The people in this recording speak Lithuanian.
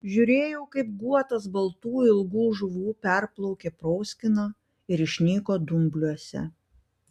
žiūrėjau kaip guotas baltų ilgų žuvų perplaukė proskyną ir išnyko dumbliuose